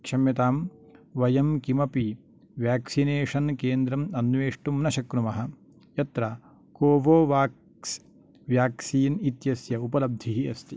क्षम्यतां वयं किमपि व्याक्सिनेषन् केन्द्रम् अन्वेष्टुं न शक्नुमः यत्र कोवोवाक्स् व्याक्सीन् इत्यस्य उपलब्धिः अस्ति